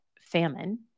famine